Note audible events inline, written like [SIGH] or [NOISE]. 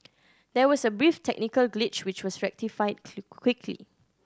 there was a brief technical glitch which was rectified [UNINTELLIGIBLE] quickly